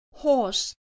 horse